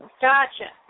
Gotcha